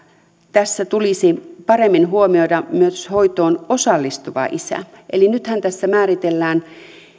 tässä tulisi paremmin huomioida myös hoitoon osallistuva isä eli nythän tässä määritellään